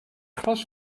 glas